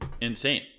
insane